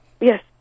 Yes